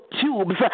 tubes